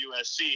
USC